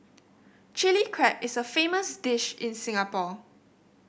Chilli Crab is a famous dish in Singapore